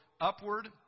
upward